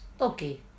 Okay